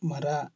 ಮರ